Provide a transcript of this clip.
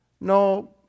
no